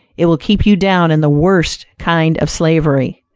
it will keep you down in the worst kind of slavery.